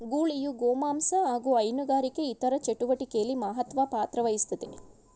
ಗೂಳಿಯು ಗೋಮಾಂಸ ಹಾಗು ಹೈನುಗಾರಿಕೆ ಇತರ ಚಟುವಟಿಕೆಲಿ ಮಹತ್ವ ಪಾತ್ರವಹಿಸ್ತದೆ